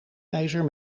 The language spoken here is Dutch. ijzer